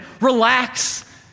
relax